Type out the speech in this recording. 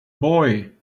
boy